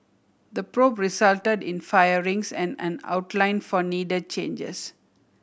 the probe resulted in firings and an outline for needed changes